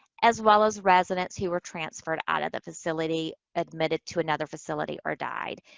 as well as residents who were transferred out of the facility, admitted to another facility, or died.